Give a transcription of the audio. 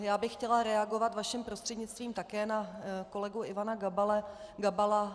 Já bych chtěla reagovat vaším prostřednictvím také na kolegu Ivana Gabala.